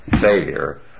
Failure